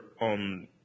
on